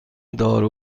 دارو